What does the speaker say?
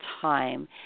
time